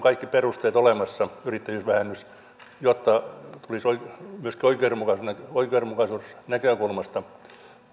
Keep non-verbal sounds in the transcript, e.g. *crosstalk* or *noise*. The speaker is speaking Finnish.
*unintelligible* kaikki perusteet olemassa jotta myöskin oikeudenmukaisuusnäkökulmasta